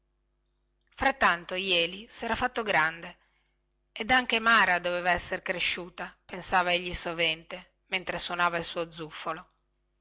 frattanto jeli sera fatto grande ed anche mara doveva esser cresciuta pensava egli sovente mentre suonava il suo zufolo poi